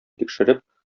тикшереп